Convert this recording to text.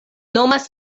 nomas